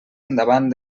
endavant